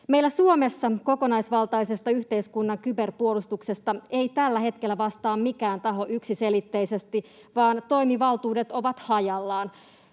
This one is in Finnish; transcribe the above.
Meillä Suomessa kokonaisvaltaisesta yhteiskunnan kyberpuolustuksesta ei tällä hetkellä vastaa mikään taho yksiselitteisesti, vaan toimivaltuudet ovat hajallaan.